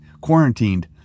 quarantined